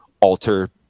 alter